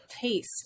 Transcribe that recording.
taste